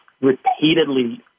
repeatedly